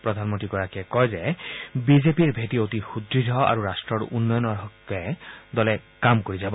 প্ৰধানমন্ত্ৰীগৰাকীয়ে কয় যে বিজেপিৰ ভেটি অতি সুদ্য় আৰু ৰাষ্ট্ৰৰ উন্নয়নৰ বাবে দলে কাম কৰি যাব